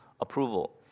approval